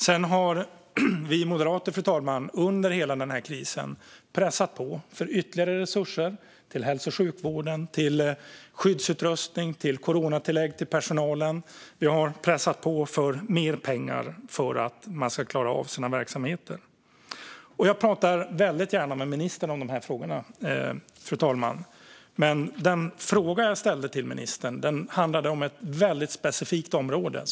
Sedan har vi moderater, fru talman, under hela krisen pressat på för ytterligare resurser till hälso och sjukvården, till skyddsutrustning och till coronatillägg till personalen. Vi har pressat på för mer pengar för att man ska klara av sina verksamheter. Jag talar gärna med ministern om dessa frågor, men den fråga som jag ställde till ministern handlade om ett väldigt specifikt område.